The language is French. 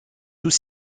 sous